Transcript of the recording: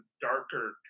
darker